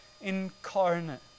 incarnate